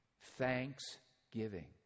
Thanksgiving